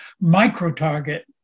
micro-target